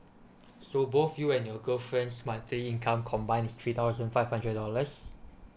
so both you and your girlfriend's monthly income combine is three thousand five hundred dollars